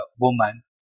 woman